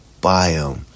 biome